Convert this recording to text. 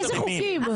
איזה חוקים?